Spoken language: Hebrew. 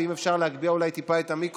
ואם אפשר להגביה אולי את המיקרופון,